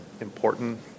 important